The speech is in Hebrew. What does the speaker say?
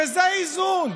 וזה איזון,